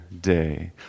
day